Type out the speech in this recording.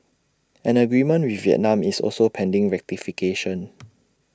an agreement with Vietnam is also pending ratification